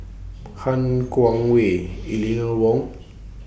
Han Guangwei Eleanor Wong